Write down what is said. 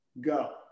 Go